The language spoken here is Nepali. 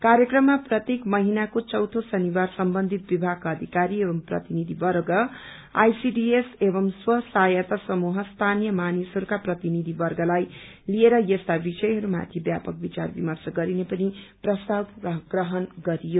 कार्यक्रममा प्रत्येक पहिनाको चौथे शनिवार सम्बन्धित विभागका अधिकारी एवं प्रतिनिधिवर्ग आईसीडिएस एवं सहायता समूह स्थानीय मानिसहरूका प्रतिनिधि वर्गलाई लिएर यस्ता विषयहरू माथि व्यापक विचार विर्मश गरिने पनि प्रस्ताव प्रहण गरियो